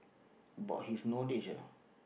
about his knowledge ah